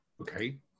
Okay